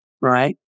Right